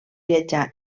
viatjar